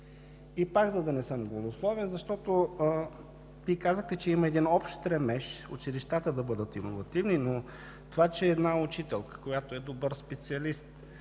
И пак, за да не съм голословен, защото Вие казахте, че има общ стремеж училищата да бъдат иновативни, но това че една учителка, която е добър специалист,